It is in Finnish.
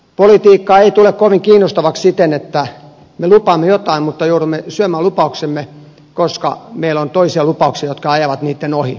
politiikka ei tule kovin kiinnostavaksi siten että me lupaamme jotain mutta joudumme syömään lupauksemme koska meillä on toisia lupauksia jotka ajavat niiden ohi